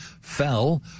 fell